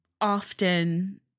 often